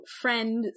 friend